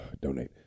donate